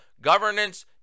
governance